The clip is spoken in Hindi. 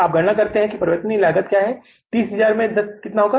आप गणना करते हैं कि परिवर्तनीय लागत क्या है 30000 में 10 कितनी होगी